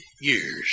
years